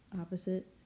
opposite